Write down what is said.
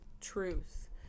Truth